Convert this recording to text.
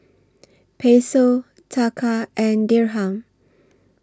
Peso Taka and Dirham